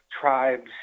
tribes